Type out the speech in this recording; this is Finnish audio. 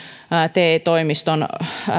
te toimiston